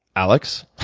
alex?